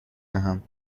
دهم